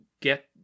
get